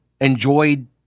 enjoyed